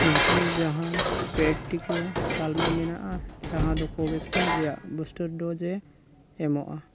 ᱱᱚᱝᱠᱟᱱ ᱡᱟᱦᱟᱸ ᱯᱮᱰ ᱴᱤᱠᱟᱹ ᱛᱟᱞᱢᱟ ᱢᱮᱱᱟᱜᱼᱟ ᱡᱟᱦᱟᱸ ᱫᱚ ᱠᱳᱵᱷᱮᱠᱥᱤᱱ ᱨᱮᱭᱟᱜ ᱵᱩᱥᱴᱟᱨ ᱰᱳᱡᱮ ᱮᱢᱚᱜᱼᱟ